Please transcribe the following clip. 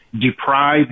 deprive